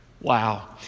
Wow